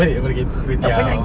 baik daripada ki~ kway teow